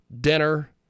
dinner